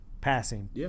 passing